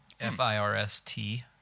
F-I-R-S-T